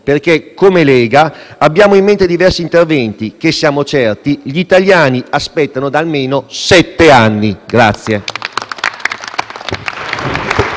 perché, come Lega, abbiamo in mente diversi interventi che, ne siamo certi, gli italiani aspettano da almeno sette anni.